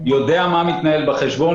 יודע מה מתנהל בחשבון,